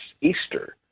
Easter